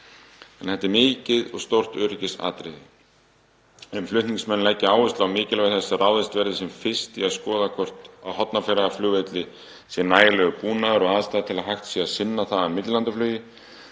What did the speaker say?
að þetta er mikið og stórt öryggisatriði. Flutningsmenn leggja áherslu á mikilvægi þess að ráðist verði sem fyrst í að skoða hvort á Hornafjarðarflugvelli sé nægjanlegur búnaður og aðstaða til að hægt sé að sinna þaðan millilandaflugi